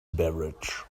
beverage